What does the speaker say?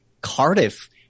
Cardiff